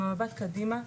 עם המבט קדימה,